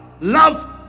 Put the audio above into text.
Love